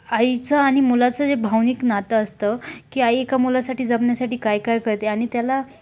आईचं आणि मुलाचं जे भावनिक नातं असतं की आई एका मुलासाठी जपण्यासाठी काय काय करते आणि त्याला